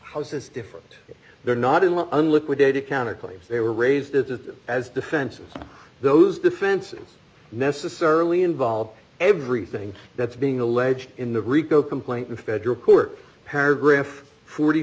house is different they're not in what an liquidated counterclaims they were raised as as defenses those defenses necessarily involve everything that's being alleged in the rico complaint in federal court paragraph forty